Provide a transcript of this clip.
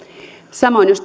samoin jos